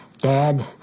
Dad